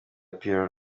pierrot